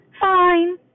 fine